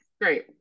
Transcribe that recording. Great